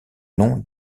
nom